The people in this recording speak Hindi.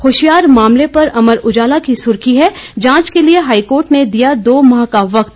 होशियार मामले पर अमर उजाला की सुर्खी है जांच के लिए हाईकोर्ट ने दिया दो माह का वक्त